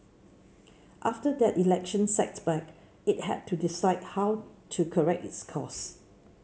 after that election setback it had to decide how to correct its course